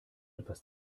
etwas